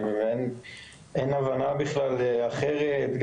אין דרך אחרת להבין את זה,